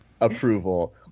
approval